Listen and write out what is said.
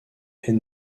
est